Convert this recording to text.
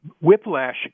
whiplash